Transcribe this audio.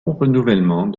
renouvellement